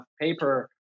paper